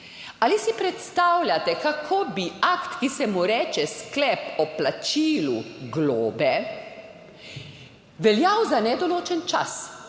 Ali si predstavljate, kako bi akt, ki se mu reče sklep o plačilu globe, veljal za nedoločen čas